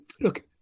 Look